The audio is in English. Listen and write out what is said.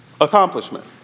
accomplishment